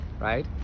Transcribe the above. right